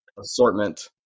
assortment